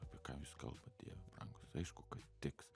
apie ką jūs kalbat dieve brangus aišku kad tiks